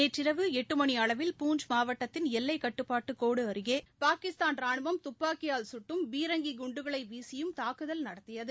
நேற்றிரவு எட்டு மணி அளவில் பூஞ்ச் மாவட்டத்தின் எல்லைக் கட்டுப்பாட்டுகோடு அருகே பாகிஸ்தான் ராணுவம் துப்பாக்கியால் கட்டும் பீரங்கிக் குண்டுகளை வீசியும் தாக்குதல் நடத்தியது